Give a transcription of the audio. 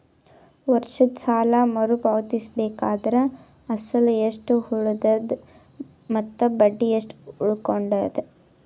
ವರ್ಷದ ಸಾಲಾ ಮರು ಪಾವತಿಸಬೇಕಾದರ ಅಸಲ ಎಷ್ಟ ಉಳದದ ಮತ್ತ ಬಡ್ಡಿ ಎಷ್ಟ ಉಳಕೊಂಡದ?